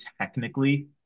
technically